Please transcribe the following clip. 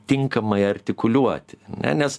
tinkamai artikuliuoti na nes